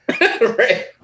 Right